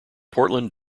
portland